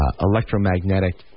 electromagnetic